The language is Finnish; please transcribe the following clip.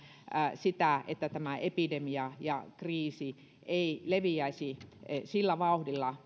sitä että tämä epidemia ja kriisi ei leviäisi sillä vauhdilla